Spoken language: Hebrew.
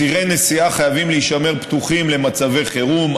צירי נסיעה חייבים להישמר פתוחים למצבי חירום,